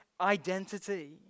identity